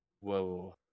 whoa